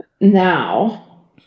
Now